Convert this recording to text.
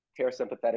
parasympathetic